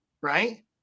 right